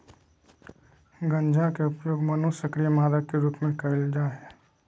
गंजा के उपयोग मनोसक्रिय मादक के रूप में कयल जा हइ